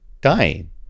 dying